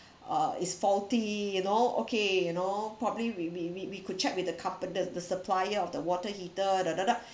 uh is faulty you know okay you know probably we we we we could check with a compan~ the supplier of the water heater (duh) (duh) (duh)